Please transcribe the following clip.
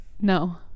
No